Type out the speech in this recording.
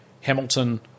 Hamilton